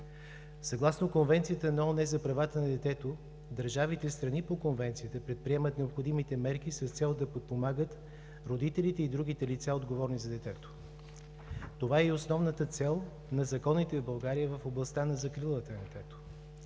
Съгласно Конвенцията на ООН за правата на детето, държавите – страни по Конвенцията, приемат необходимите мерки с цел да подпомагат родителите и другите лица, отговорни за детето. Това е и основната цел на законите в България в областта на закрилата на детето.